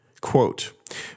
Quote